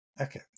Okay